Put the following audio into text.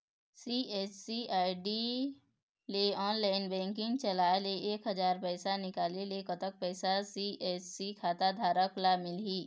CSC ID ले online banking चलाए ले एक हजार पैसा निकाले ले कतक पैसा सी.एस.सी खाता धारक ला मिलही?